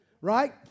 right